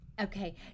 Okay